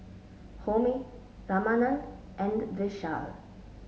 Homi Ramanand and Vishal